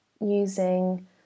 using